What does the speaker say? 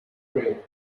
gray